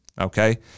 Okay